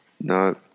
No